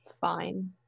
fine